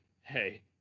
hey